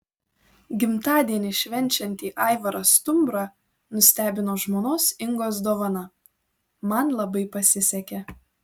gimtadienį švenčiantį aivarą stumbrą nustebino žmonos ingos dovana man labai pasisekė